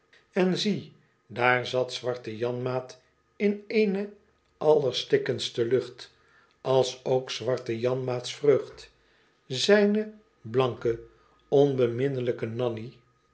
en zie daar zat zwarte janmaat in eene allerstikkendste lucht alsook zwarte janmaat's vreugd zijne blanke onbeminnelfjke nannie